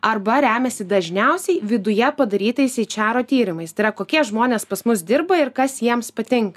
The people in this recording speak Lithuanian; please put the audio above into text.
arba remiasi dažniausiai viduje padarytais aičero tyrimais tai yra kokie žmonės pas mus dirba ir kas jiems patinka